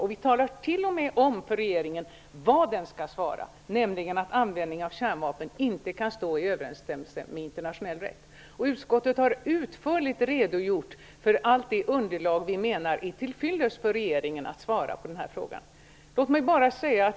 Riksdagen talar t.o.m. om för regeringen vad den skall svara, nämligen att användning av kärnvapen inte kan stå i överensstämmelse med internationell rätt. Utskottet har utförligt redogjort för allt det underlag det menar är till fyllest för att regeringen skall svara på denna fråga.